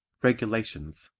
regulations